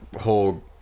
whole